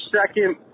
second